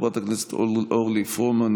חברת הכנסת אורלי פרומן,